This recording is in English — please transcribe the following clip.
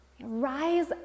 rise